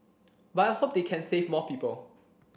but I hope they can save more people